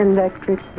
Electric